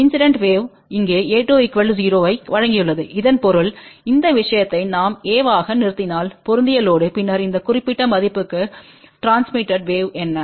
incident wave இங்கே a2 0 ஐவழங்கியுள்ளது இதன் பொருள் இந்த விஷயத்தை நாம் a ஆக நிறுத்தினால் பொருந்திய லோடு பின்னர் இந்த குறிப்பிட்ட மதிப்புக்கு ட்ரான்ஸ்மிட்டடு வேவ் என்ன